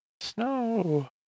Snow